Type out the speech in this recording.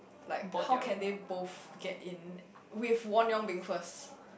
like how can they both get in with Won-Young being first